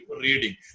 reading